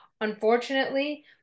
Unfortunately